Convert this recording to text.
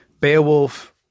Beowulf